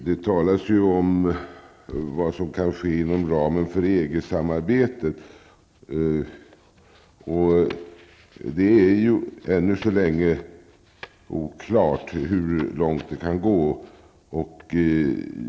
Det talas ju om vad som kan komma att ske inom ramen för EG-samarbetet. Det är ännu så länge oklart hur långt detta kan föra.